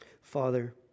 Father